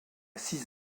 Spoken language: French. six